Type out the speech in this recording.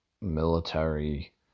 military